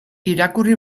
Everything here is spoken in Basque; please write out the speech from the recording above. irakurri